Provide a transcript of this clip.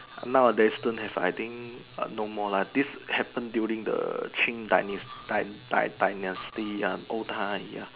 nowadays don't have I think err no more lah this happen during the qing dynas~ dy~ dy~ dynasty uh old time ya